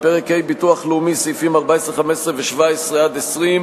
פרק ה' ביטוח לאומי, סעיפים 14, 15 ו-17 20,